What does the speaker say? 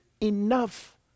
enough